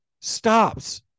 stops